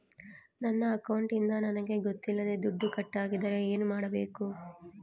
ನನ್ನ ಅಕೌಂಟಿಂದ ನನಗೆ ಗೊತ್ತಿಲ್ಲದೆ ದುಡ್ಡು ಕಟ್ಟಾಗಿದ್ದರೆ ಏನು ಮಾಡಬೇಕು?